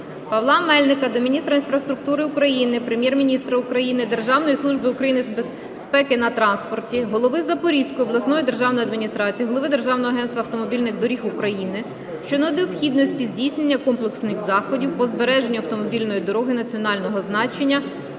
Павла Мельника до міністра інфраструктури України, Прем'єр-міністра України, Державної служби України з безпеки на транспорті, голови Запорізької обласної державної адміністрації, голови Державного агентства автомобільних доріг України щодо необхідності здійснення комплексних заходів по збереженню автомобільної дороги національного значення